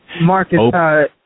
Marcus